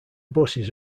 buses